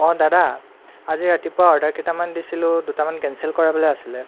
অঁ দাদা আজি ৰাতিপুৱা অৰ্ডাৰ কেইটামান দিছিলোঁ দুটামান কেঞ্চেল কৰাবলৈ আছিলে